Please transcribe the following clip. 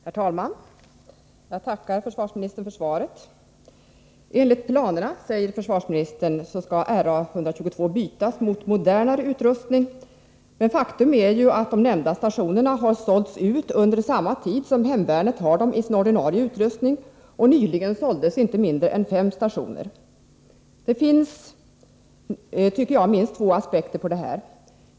Herr talman! Jag tackar försvarsministern för svaret. Enligt planerna, säger försvarsministern, skall Ra 122 bytas mot modernare utrustning. Men faktum är att de nämnda stationerna har sålts ut under samma tid som hemvärnet har dem i sin ordinarie utrustning. Nyligen såldes inte mindre än fem stationer. Det finns, tycker jag, minst två aspekter på denna fråga.